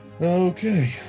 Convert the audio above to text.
Okay